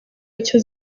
icyo